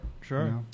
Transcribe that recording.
sure